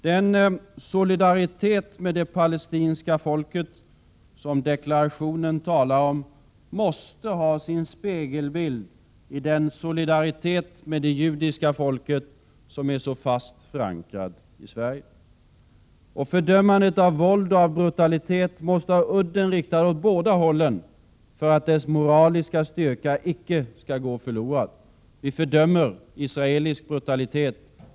Den ”solidaritet med det palestinska folket” som deklarationen talar om måste ha sin spegelbild i den solidaritet med det judiska folket som är så fast förankrad i Sverige. Och fördömandet av våld och brutalitet måste ha udden riktad åt båda hållen för att dess moraliska styrka icke skall gå förlorad. Vi fördömer israelisk brutalitet.